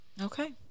Okay